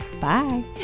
Bye